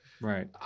Right